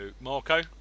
Marco